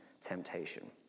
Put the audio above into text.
temptation